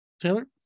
Taylor